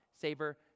Savor